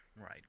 Right